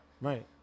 Right